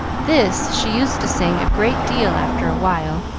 this she used to sing a great deal after a while,